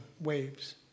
waves